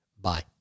Bye